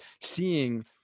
seeing